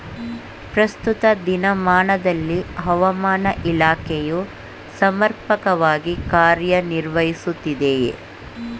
ಪ್ರಸ್ತುತ ದಿನಮಾನದಲ್ಲಿ ಹವಾಮಾನ ಇಲಾಖೆಯು ಸಮರ್ಪಕವಾಗಿ ಕಾರ್ಯ ನಿರ್ವಹಿಸುತ್ತಿದೆಯೇ?